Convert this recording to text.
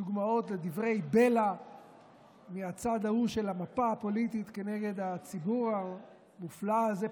דוגמאות לדברי בלע מהצד ההוא של המפה הפוליטית כנגד הציבור המופלא הזה,